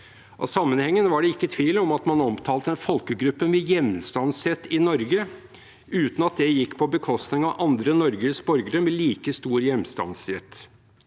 Av sammenhengen var det ikke tvil om at man omtalte en folkegruppe med hjemstavnsrett i Norge, uten at det gikk på bekostning av andre norske borgere med like stor hjemstavnsrett.